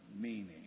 meaning